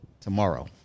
tomorrow